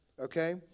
Okay